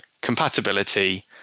compatibility